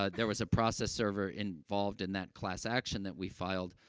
ah there was a process server involved in that class action that we filed,